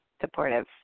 supportive